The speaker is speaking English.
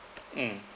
mm